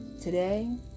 Today